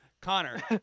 Connor